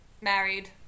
married